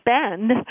spend